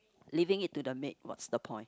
leaving it to the maid what's the point